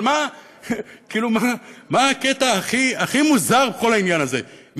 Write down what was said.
אבל מה הקטע הכי מוזר בכל העניין הזה?